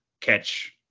catch